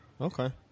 Okay